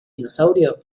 dinosaurio